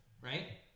right